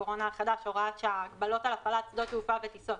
הקורונה החדש (הוראת שעה) (הגבלות על הפעלת שדות תעופה וטיסות),